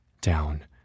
down